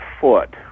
foot